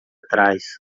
trás